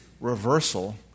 reversal